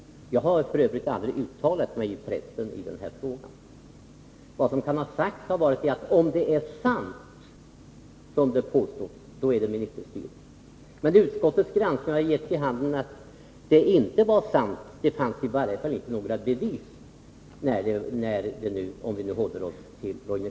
Jag har f. ö. aldrig uttalat mig i den här frågan i massmedia. Vad som 61 möjligen har sagts är, att om det som påstås är sant, är det fråga om ministerstyre. Utskottets granskning har gett vid handen att detta inte var sant — det finns i varje fall inte något bevis för det t.ex. i fallet Roine Carlsson.